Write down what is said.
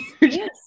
yes